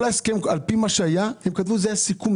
כל ההסכם על פי מה שהיה הם כתבו שזה היה סיכום,